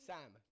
Sam